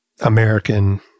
American